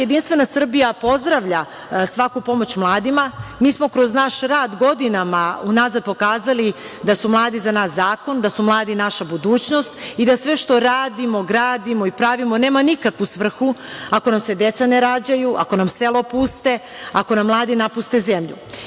Jedinstvena Srbija pozdravlja svaku pomoć mladima. Mi smo kroz naš rad godinama unazad pokazali da su mladi za nas zakon, da su mladi naša budućnost i da sve što radimo, gradimo i pravimo nema nikakvu svrhu ako nam se deca ne rađaju, ako nam sela opuste, ako nam mladi napuste